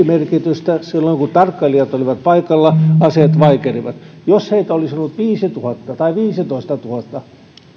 merkitystä silloin kun tarkkailijat olivat paikalla aseet vaikenivat jos heitä olisi ollut viisituhatta tai viisitoistatuhatta